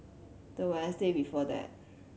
the Wednesday before that